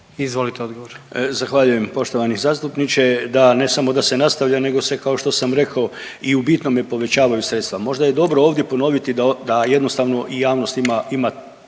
Tomislav** Zahvaljujem poštovani zastupniče. Da, ne samo da se nastavlja nego se kao što sam rekao i u bitnome povećavaju sredstva. Možda je dobro ovdje ponoviti da jednostavno i javnost ima